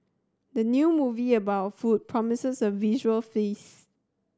the new movie about food promises a visual feast